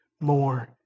more